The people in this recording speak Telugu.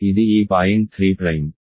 ఇది ఈ పాయింట్ 3